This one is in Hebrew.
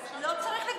אז לא צריך לבנות כבישים?